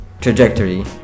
trajectory